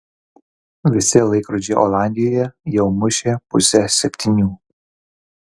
visi laikrodžiai olandijoje jau mušė pusę septynių